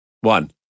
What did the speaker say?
one